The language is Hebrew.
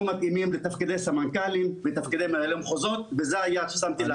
מתאימים לתפקידי סמנכ"לים ותפקידי מנהלי מחוזות וזה היעד ששמתי לעצמי.